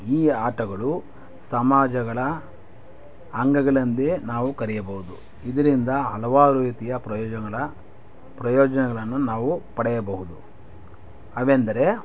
ಈ ಆಟಗಳು ಸಮಾಜಗಳ ಅಂಗಗಳೆಂದೇ ನಾವು ಕರೆಯಬಹುದು ಇದರಿಂದ ಹಲವಾರು ರೀತಿಯ ಪ್ರಯೋಜನಗಳ ಪ್ರಯೋಜನಗಳನ್ನು ನಾವು ಪಡೆಯಬಹುದು ಅವೆಂದರೆ